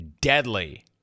deadly